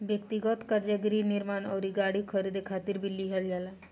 ब्यक्तिगत कर्जा गृह निर्माण अउरी गाड़ी खरीदे खातिर भी लिहल जाला